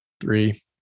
three